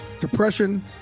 Depression